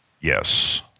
Yes